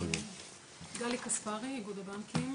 גלי כספרי, איגוד הבנקים.